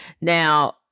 Now